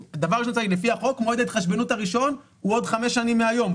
לפי החוק מועד ההתחשבנות הראשון הוא בעוד חמש שנים מהיום,